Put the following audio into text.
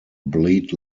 bleed